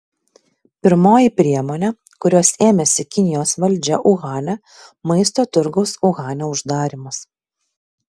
pirmoji priemonė kurios ėmėsi kinijos valdžia uhane maisto turgaus uhane uždarymas